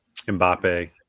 Mbappe